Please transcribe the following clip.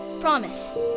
Promise